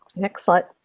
excellent